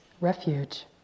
refuge